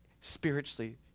spiritually